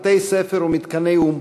בתי-ספר ומתקני או"ם,